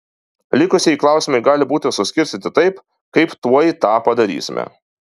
likusieji klausimai gali būti suskirstyti taip kaip tuoj tą padarysime